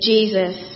Jesus